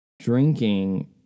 Drinking